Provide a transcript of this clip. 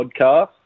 podcast